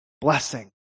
blessing